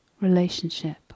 relationship